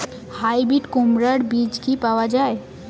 Hybrid কুমড়ার বীজ কি পাওয়া য়ায়?